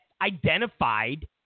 identified